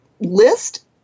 list